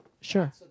Sure